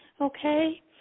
Okay